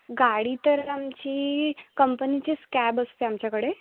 गाडी तर आमची कंपनीचेच कॅब असते आमच्याकडे